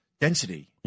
density